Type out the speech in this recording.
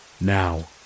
Now